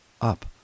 Up